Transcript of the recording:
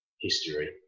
history